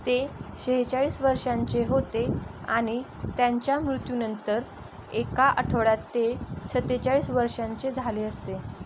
ते शेहेचाळीस वर्षांचे होते आणि त्यांच्या मृत्यूनंतर एका आठवड्यात ते सत्तेचाळीस वर्षांचे झाले असते